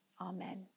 Amen